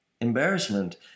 Embarrassment